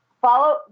follow